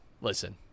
listen